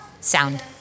sound